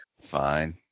Fine